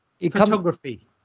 Photography